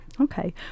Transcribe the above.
Okay